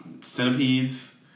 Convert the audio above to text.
Centipedes